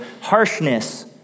harshness